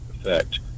effect